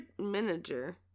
Manager